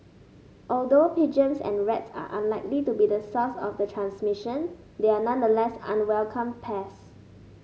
although pigeons and rats are unlikely to be the source of the transmission they are nonetheless unwelcome pest